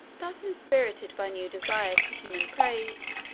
thus inspirited by new desires for human praise,